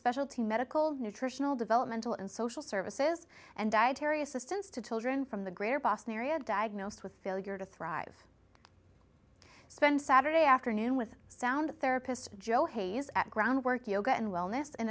specialty medical nutritional developmental and social services and dietary assistance to children from the greater boston area diagnosed with failure to thrive spend saturday afternoon with sound therapist joe hayes at groundwork yoga and wellness